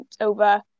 over